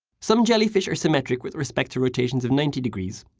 some jellyfish are symmetric with respect to rotations of ninety degrees,